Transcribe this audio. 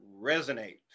Resonate